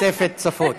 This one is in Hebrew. תוספת שפות.